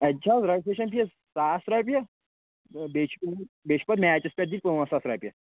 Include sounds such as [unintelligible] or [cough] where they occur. اَتہِ چھِ حظ رٮ۪جِشٹرٛیشَن فیٖس ساس رۄپیہِ بیٚیہِ چھُ [unintelligible] بیٚیہِ چھِ پَتہٕ میچَس پٮ۪ٹھ دِنۍ پانٛژھ ساس رۄپیہِ